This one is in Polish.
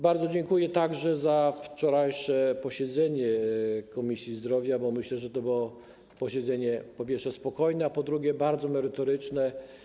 Bardzo dziękuję także za wczorajsze posiedzenie Komisji Zdrowia, bo myślę, że to było posiedzenie, po pierwsze, spokojne, a po drugie, bardzo merytoryczne.